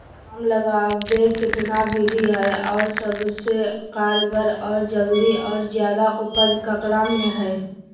आम लगावे कितना विधि है, और सबसे कारगर और जल्दी और ज्यादा उपज ककरा में है?